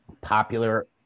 Popular